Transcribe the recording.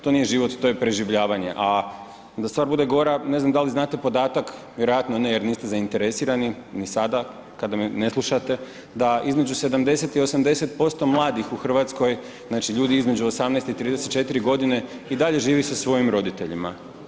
To nije život, to je preživljavanje, a da stvar bude gora, ne znam da li znate podatak, vjerojatno ne jer niste zainteresirani, ni sada kada me ne slušate, da između 70 i 80% mladih u Hrvatskoj, znači ljudi između 18 i 34 godine i dalje živi sa svojim roditeljima.